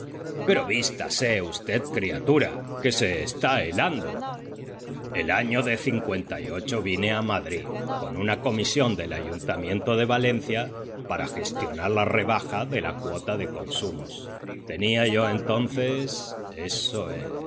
pero vístase v criatura que se está helando el año de cincuenta y ocho vine a madrid con una comisión del ayuntamiento de valencia para gestionar la rebaja de la cuota de consumos tenía yo entonces eso es